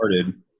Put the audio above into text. started